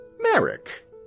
Merrick